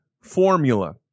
formula